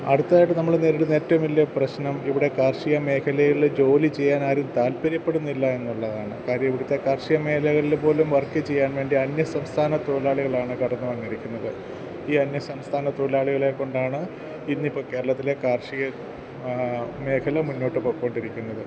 അടുത്തതായിട്ട് നമ്മൾ നേരിടുന്ന ഏറ്റവും വലിയ പ്രശ്നം ഇവിടെ കാർഷികമേഖലയിൽ ജോലി ചെയ്യാൻ ആരും താല്പര്യപ്പെടുന്നില്ല എന്നുള്ളതാണ് കാര്യം ഇവിടുത്തെ കാർഷികമേഖകളിൽ പോലും വർക്ക് ചെയ്യാൻ വേണ്ടി അന്യസംസ്ഥാന തൊഴിലാളികളാണ് കടന്നുവന്നിരിക്കുന്നത് ഈ അന്യസംസ്ഥാന തൊഴിലാളികളെക്കൊണ്ടാണ് ഇന്നിപ്പോൾ കേരളത്തിലെ കാർഷിക മേഖല മുന്നോട്ട് പോയിക്കൊണ്ടിരിക്കുന്നത്